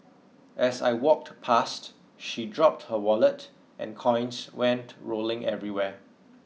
as I walked past she dropped her wallet and coins went rolling everywhere